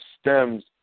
stems